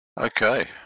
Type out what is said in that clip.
Okay